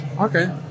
Okay